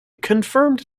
confirmed